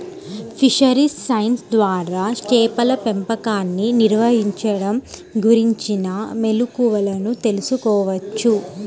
fisheries science ద్వారా చేపల పెంపకాన్ని నిర్వహించడం గురించిన మెళుకువలను తెల్సుకోవచ్చు